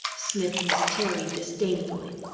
sniffed miss terry disdainfully.